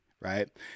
Right